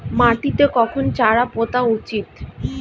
মাটিতে কখন চারা পোতা উচিৎ?